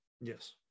yes